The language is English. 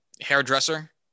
hairdresser